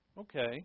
Okay